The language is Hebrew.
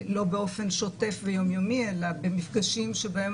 לא באופן שוטף ויומיומי אלא במפגשים שבהם